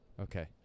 Okay